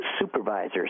supervisors